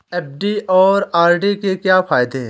FD और RD के क्या फायदे हैं?